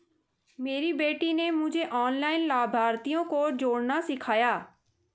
मेरी बेटी ने मुझे ऑनलाइन लाभार्थियों को जोड़ना सिखाया